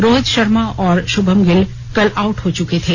रोहित शर्मा और शुभमन गिल कल आउट हो चुके थे